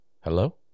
Hello